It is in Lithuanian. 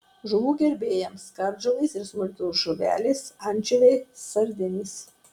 žuvų gerbėjams kardžuvės ir smulkios žuvelės ančiuviai sardinės